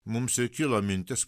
mums ir kilo mintis